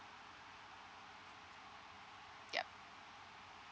yup